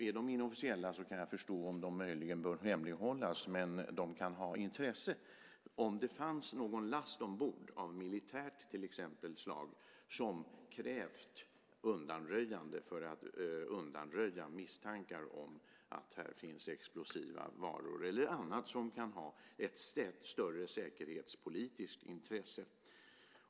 Är de inofficiella kan jag förstå om de möjligen bör hemlighållas, men de kan ha intresse om det fanns någon last ombord av exempelvis militärt slag som krävt undanröjande för att undanröja misstankar om att här finns explosiva varor eller annat som kan ha ett större säkerhetspolitiskt intresse.